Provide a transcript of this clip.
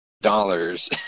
dollars